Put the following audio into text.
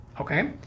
Okay